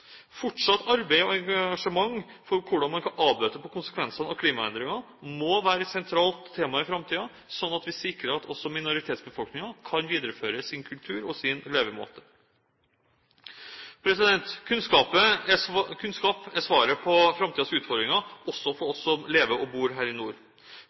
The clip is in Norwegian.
Fortsatt arbeid og engasjement for hvordan man kan avbøte konsekvensene av klimaendringene, må være et sentralt tema i framtiden, slik at vi sikrer at også minoritetsbefolkninger kan videreføre sin kultur og sin levemåte. Kunnskap er svaret på framtidens utfordringer, også for oss som lever og bor her i nord.